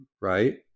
Right